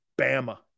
Bama